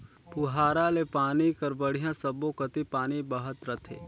पुहारा ले पानी हर बड़िया सब्बो कति पानी बहत रथे